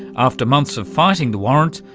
after months of fighting the warrant,